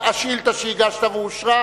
השאילתא שהגשת אושרה.